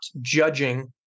judging